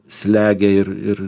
slegia ir ir